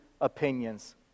opinions